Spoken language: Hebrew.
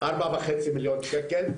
4,500,000 ₪,